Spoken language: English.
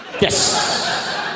Yes